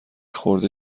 خورده